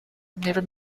never